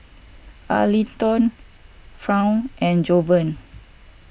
Arlington Fawn and Jovan